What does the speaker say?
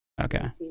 okay